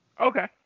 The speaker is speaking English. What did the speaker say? Okay